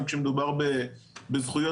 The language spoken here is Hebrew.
כשמדובר בזכויות,